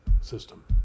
system